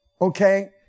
okay